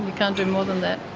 you can't do more than that.